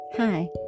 Hi